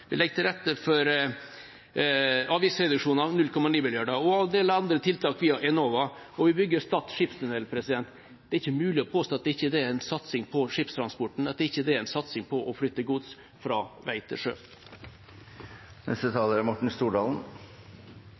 vi legger til rette for avgiftsreduksjoner på 0,9 mrd. kr – og en del andre tiltak via Enova. Vi bygger Stad skipstunnel. Det er ikke mulig å påstå at det ikke er en satsing på skipstransporten, at det ikke er en satsing på å flytte gods fra vei til sjø.